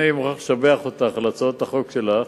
אני מוכרח לשבח אותך על הצעות החוק שלך.